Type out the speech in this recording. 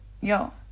yo